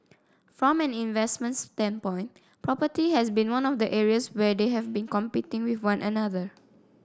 from an investment standpoint property has been one of the areas where they have been competing with one another